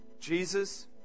Jesus